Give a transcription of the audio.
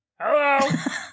Hello